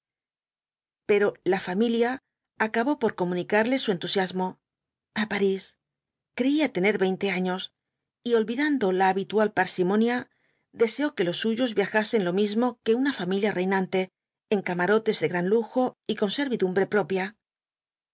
pero la familia acabó por comunicarle su entusiasmo a parís creía tener veinte años y olvidando la habitual parsimonia deseó que los suyos viajasen lo mismo que una familia reinante en camarotes de gran lujo y con servidumbre propia